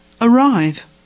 arrive